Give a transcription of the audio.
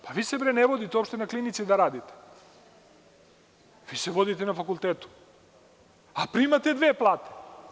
Pa, vi se bre ne vodite uopšte na klinici da radite, vi se vodite na fakultetu, a primate dve plate.